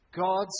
God's